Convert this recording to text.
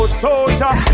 Soldier